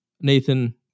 Nathan